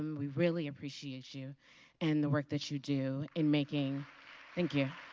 um we really appreciate you and the work that you do in making thank you